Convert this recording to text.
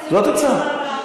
נשאיר במליאה.